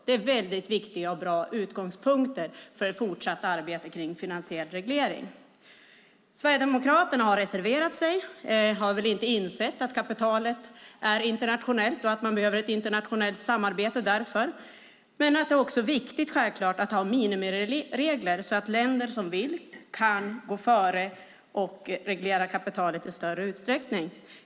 Det är väldigt viktiga och bra utgångspunkter för det fortsatta arbetet kring finansiell reglering. Sverigedemokraterna har reserverat sig och har väl inte insett att kapitalet är internationellt och att man därför behöver ett internationellt samarbete. Men det är självklart också viktigt att ha minimiregler så att länder som vill kan gå före och reglera kapitalet i större utsträckning.